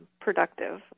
productive